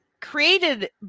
created